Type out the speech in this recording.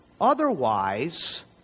Otherwise